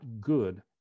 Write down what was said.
good